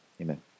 Amen